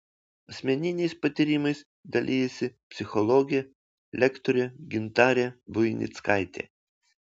asmeniniais patyrimais dalijasi psichologė lektorė gintarė buinickaitė